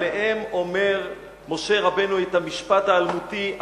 עליהם אומר משה רבנו את המשפט האלמותי: